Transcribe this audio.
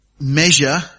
measure